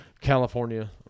California